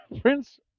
prince